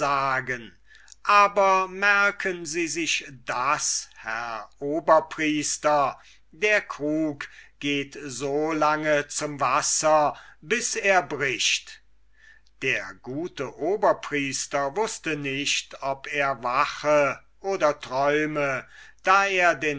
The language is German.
aber merken sie sich das herr oberpriester der krug geht so lange zum wasser bis er bricht der gute oberpriester wußte nicht ob er wache oder träume da er den